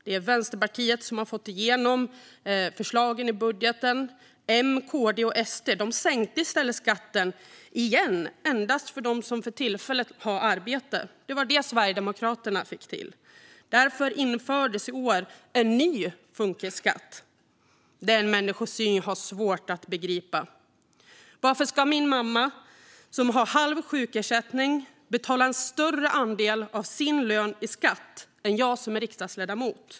Det är Vänsterpartiet som har fått igenom förslagen i budgeten. M, KD och SD sänkte i stället skatten igen endast för dem som för tillfället har arbete. Det var det Sverigedemokraterna fick till. Därför infördes i år en ny funkisskatt. Det är en människosyn jag har svårt att begripa. Varför ska min mamma som har halv sjukersättning betala en större andel av sin lön i skatt än jag som är riksdagsledamot?